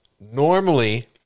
Normally